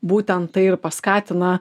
būtent tai ir paskatina